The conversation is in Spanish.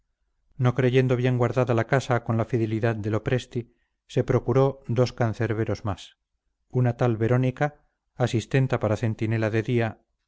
no creyendo bien guardada la casa con la fidelidad de lopresti se procuró dos cancerberos más una tal verónica asistenta para centinela de día